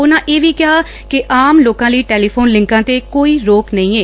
ਉਨੂਾਂ ਕਿਹਾ ਕਿ ਆਮ ਲੋਕਾਂ ਲਈ ਟੈਲੀਫੋਨ ਲਿੰਕਾ ਤੇ ਕੋਈ ਰੋਕ ਨਹੀ ਏ